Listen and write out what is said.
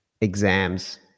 exams